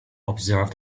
observe